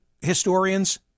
historians